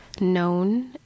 known